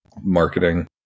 marketing